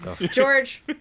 George